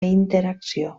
interacció